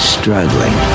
struggling